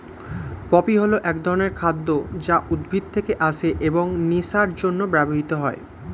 poppy হল এক ধরনের খাদ্য যা উদ্ভিদ থেকে আসে এবং নেশার জন্য ব্যবহৃত হয়